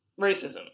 racism